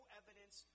evidence